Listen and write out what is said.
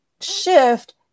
shift